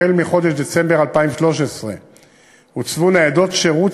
החל מחודש דצמבר 2013 הוצבו ניידות שירות